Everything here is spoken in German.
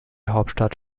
hauptstadt